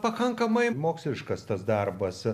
pakankamai moksliškas tas darbas